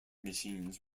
machines